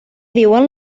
diuen